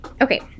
Okay